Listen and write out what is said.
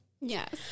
Yes